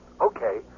Okay